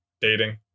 dating